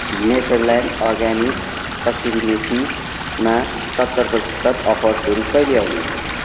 Natureland organic kasuri मेथीमा सत्तर प्रतिशत अफर फेरि कहिले आउनेछ